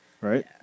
Right